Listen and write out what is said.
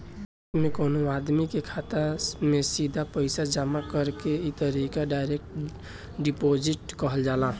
bank में कवनो आदमी के खाता में सीधा पईसा जामा करे के तरीका डायरेक्ट डिपॉजिट कहल जाला